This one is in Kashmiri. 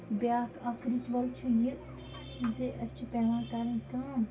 بیٛاکھ اَکھ رِچوَل چھُ یہِ زِ أسہِ چھِ پٮ۪وان کَرٕنۍ کٲم